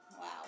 wow